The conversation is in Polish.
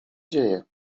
dzieje